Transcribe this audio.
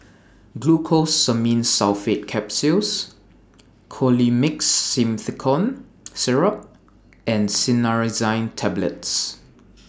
Glucosamine Sulfate Capsules Colimix Simethicone Syrup and Cinnarizine Tablets